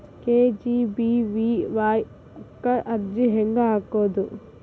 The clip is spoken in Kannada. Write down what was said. ಕೆ.ಜಿ.ಬಿ.ವಿ.ವಾಯ್ ಕ್ಕ ಅರ್ಜಿ ಹೆಂಗ್ ಹಾಕೋದು?